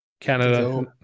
Canada